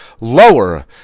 lower